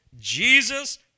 Jesus